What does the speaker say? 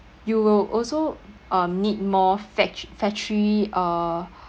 you will also um need more fac~ factory uh